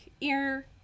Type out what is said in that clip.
ear